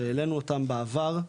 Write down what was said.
שהעלנו אותם בעבר,